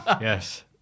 Yes